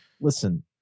Listen